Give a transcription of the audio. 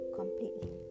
completely